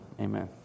amen